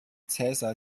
cäsar